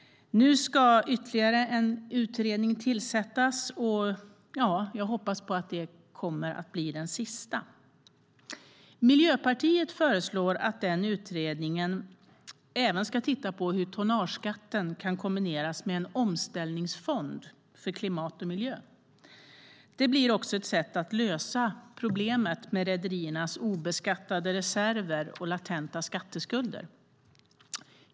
Nu ska ytterligare en utredning tillsättas, och jag hoppas att det kommer att bli den sista. Miljöpartiet föreslår att utredningen även ska titta på hur tonnageskatten kan kombineras med en omställningsfond för klimat och miljö. Det blir ett sätt att även lösa problemet med rederiers obeskattade reserver och latenta skatteskulder.